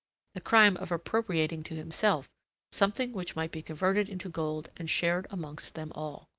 the crime of appropriating to himself something which might be converted into gold and shared amongst them all.